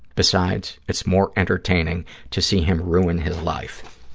besides, it's more entertaining to see him ruin his life.